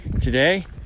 Today